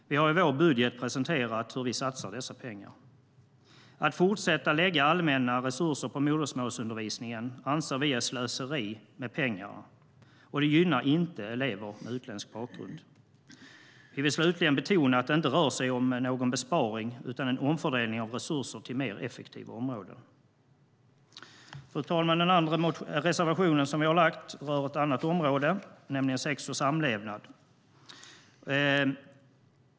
Vi har i vår budget presenterat hur vi satsar dessa pengar. Att fortsätta lägga allmänna resurser på modersmålsundervisningen anser vi är slöseri med pengarna, och det gynnar inte elever med utländsk bakgrund. Vi vill betona att det inte rör sig om någon besparing utan en omfördelning av resurser till mer effektiva områden. Fru talman! Vår andra reservation i betänkandet rör ett annat område, nämligen sex och samlevnad.